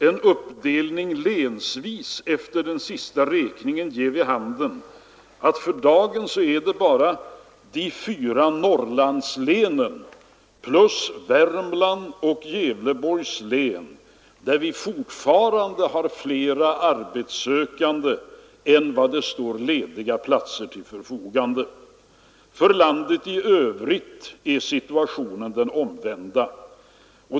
En uppdelning länsvis efter den senaste räkningen ger vid handen att det för dagen bara är de fyra Norrlandslänen plus Värmlands och Gävleborgs län som fortfarande har fler arbetssökande än lediga platser. För landet i övrigt är situationen den omvända.